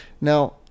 Now